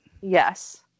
Yes